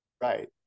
right